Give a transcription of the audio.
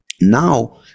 now